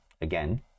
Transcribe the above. Again